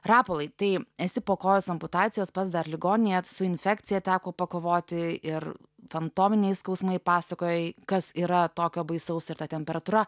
rapolai tai esi po kojos amputacijos pats dar ligoninėje su infekcija teko pakovoti ir fantominiai skausmai pasakojai kas yra tokio baisaus ir ta temperatūra